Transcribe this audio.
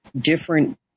different